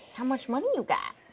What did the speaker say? how much money you got?